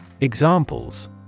examples